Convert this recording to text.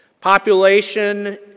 Population